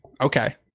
Okay